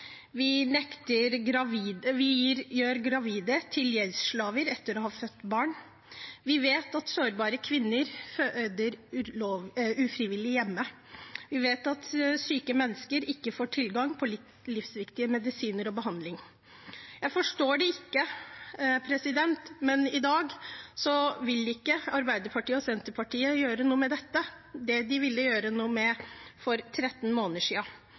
Vi gjør gravide til gjeldsslaver etter å ha født barn. Vi vet at sårbare kvinner føder ufrivillig hjemme. Vi vet at syke mennesker ikke får tilgang på livsviktige medisiner og behandling. Jeg forstår det ikke, men i dag vil ikke Arbeiderpartiet og Senterpartiet gjøre noe med dette, som de ville gjøre noe med for 13 måneder